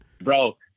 Bro